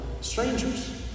strangers